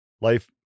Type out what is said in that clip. life